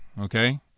Okay